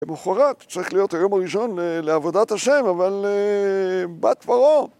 למחרת, צריך להיות היום הראשון לעבודת השם, אבל בת פרעה.